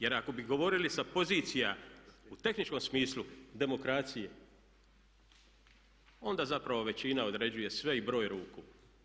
Jer ako bi govorili sa pozicija u tehničkom smislu demokracije onda zapravo većina određuje sve i broj ruku.